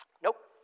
Nope